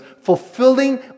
fulfilling